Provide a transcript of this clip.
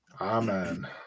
amen